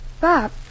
Bob